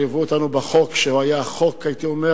שליוו אותנו בחוק, שהייתי אומר